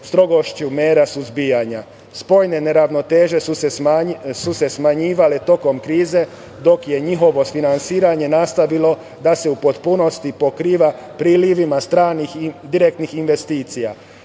strogošću mera suzbijanja. Spojene ravnoteže su se smanjivale tokom krize dok je njihovo finansiranje nastavilo da se u potpunosti pokriva prilivima stranih direktnih investicija. Fiskalni